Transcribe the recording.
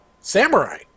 Samurai